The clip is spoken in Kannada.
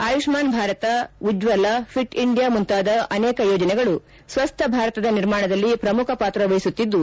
ಆಯುಷ್ಮಾನ್ ಭಾರತ ಉಜ್ವಲಾ ಫಿಟ್ ಇಂಡಿಯಾ ಮುಂತಾದ ಅನೇಕ ಯೋಜನೆಗಳು ಸ್ವಸ್ಥ ಭಾರತದ ನಿರ್ಮಾಣದಲ್ಲಿ ಪ್ರಮುಖ ಪಾತ್ರ ವಹಿಸುತ್ತಿದ್ದು